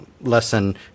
lesson